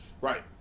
Right